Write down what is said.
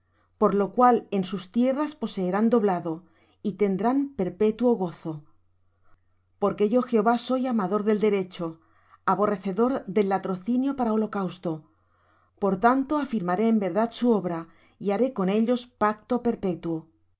por lo cual en sus tierras poseerán doblado y tendrán perpetuo gozo porque yo jehová soy amador del derecho aborrecedor del latrocinio para holocausto por tanto afirmaré en verdad su obra y haré con ellos pacto perpetuo